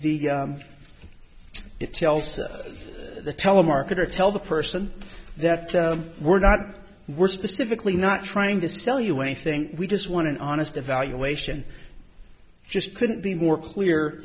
tells the telemarketer tell the person that we're not we're specifically not trying to sell you anything we just want an honest evaluation just couldn't be more clear